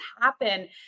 happen